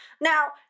Now